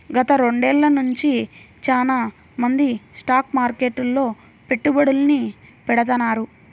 గత రెండేళ్ళ నుంచి చానా మంది స్టాక్ మార్కెట్లో పెట్టుబడుల్ని పెడతాన్నారు